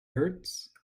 hurts